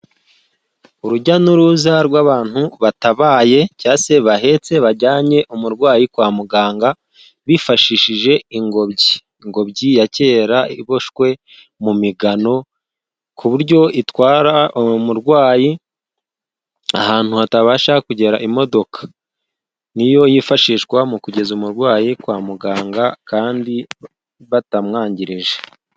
Urujya n'uruza rw'abantu batabaye cya se bahetse bajyanye umurwayi kwa muganga, bifashishije ingobyi. Ingobyi ya kera iboshwe mu migano ku buryo itwara uwo murwayi ahantu hatabasha kugera imodoka, niyo yifashishwa mu kugeza umurwayi kwa muganga kandi batamwangirije.